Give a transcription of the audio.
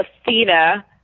Athena